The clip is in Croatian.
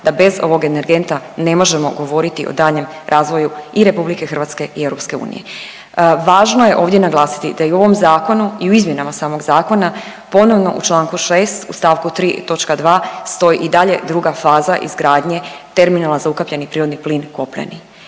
da bez ovog energenta ne možemo govoriti o daljnjem razvoju i RH i EU. Važno je ovdje naglasiti da i u ovom zakonu i u izmjenama samog zakona ponovno u Članku 6. u stavku 3. točka 2. stoji i dalje druga faza izgradnje terminala za ukapljeni prirodni plin kopneni.